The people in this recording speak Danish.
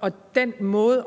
og den måde